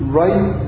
right